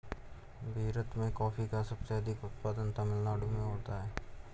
भीरत में कॉफी का सबसे अधिक उत्पादन तमिल नाडु में होता है